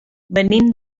venim